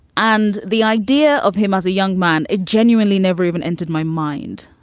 and the idea of him as a young man, it genuinely never even entered my mind.